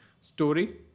story